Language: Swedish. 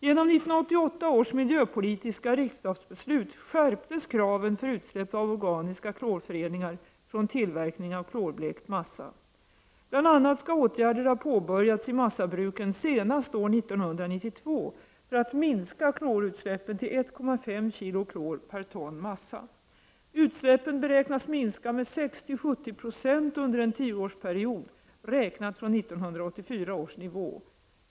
Genom 1988 års miljöpolitiska riksdagsbeslut skärptes kraven för utsläpp av organiska klorföreningar från tillverkning av klorblekt massa. Bl.a. skall åtgärder ha påbörjats i massabruken senast år 1992 för att minska klorutsläppen till 1,5 kg klor per ton massa. Utsläppen beräknas minska med 60-70 90 under en tioårsperiod, räknat från 1984 års nivå.